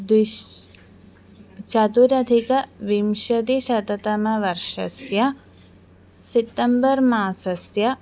द्विशतं चतुरधिकविंशतिशततमवर्षस्य सित्तम्बर् मासस्य